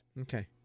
Okay